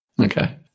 Okay